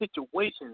situations